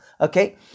Okay